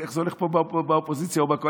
איך זה הולך פה באופוזיציה או בקואליציה?